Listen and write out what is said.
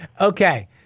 Okay